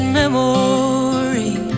memory